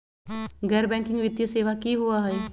गैर बैकिंग वित्तीय सेवा की होअ हई?